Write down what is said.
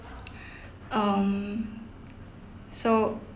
um so